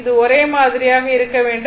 இது ஒரே மாதிரியாக இருக்க வேண்டும்